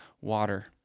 water